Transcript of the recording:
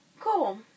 Cool